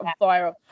viral